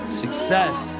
success